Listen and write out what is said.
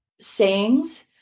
sayings